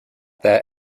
that